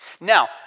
Now